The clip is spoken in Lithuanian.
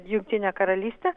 jungtinę karalystę